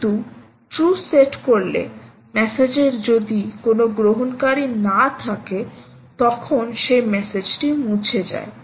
কিন্তু true set করলে মেসেজের যদি কোনও গ্রহণকারী না থাকে তখন সেই মেসেজটি মুছে যায়